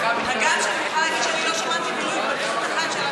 הגם שאני מוכרחה להגיד שאני לא שמעתי ולו התבטאות אחת של,